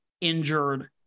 injured